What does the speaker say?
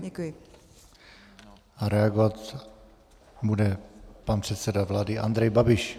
Děkuji a reagovat bude pan předseda vlády Andrej Babiš.